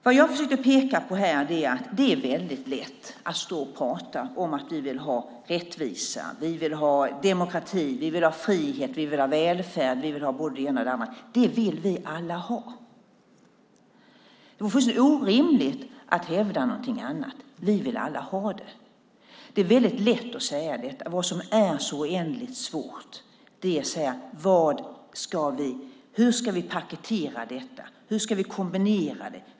Vad jag försöker peka på här är att det är väldigt lätt att stå och prata om att vi vill ha rättvisa, vill ha demokrati, vill ha frihet, vill ha välfärd och vill ha både det ena och det andra. Det vill vi alla ha! Det är fullständigt orimligt att hävda någonting annat. Vi vill alla ha det. Det är lätt att säga detta. Det som är så oändligt svårt är att säga: Hur ska vi paketera detta? Hur ska vi kombinera det?